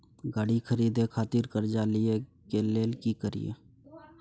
गाड़ी खरीदे खातिर कर्जा लिए के लेल की करिए?